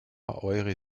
eure